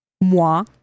moi